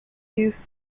used